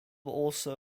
also